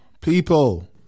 People